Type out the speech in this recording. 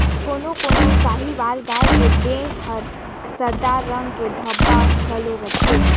कोनो कोनो साहीवाल गाय के देह हर सादा रंग के धब्बा घलो रहथे